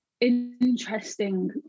interesting